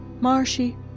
marshy